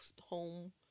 home